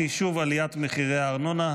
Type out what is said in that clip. חישוב עליית מחירי הארנונה),